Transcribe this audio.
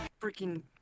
freaking